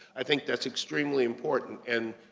i think that's extremely important and,